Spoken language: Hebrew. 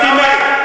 עיסאווי,